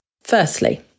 Firstly